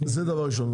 זה דבר ראשון.